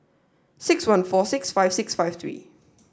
six one four six five six five three